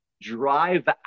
drive